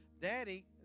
Daddy